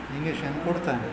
ingestion ಕೊಡುತ್ತಾರೆ